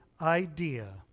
idea